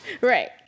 Right